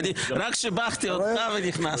רק שיבחתי אותך ונכנסת.